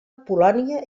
polònia